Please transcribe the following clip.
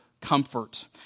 comfort